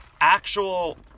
actual